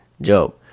Job